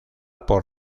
por